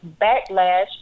backlash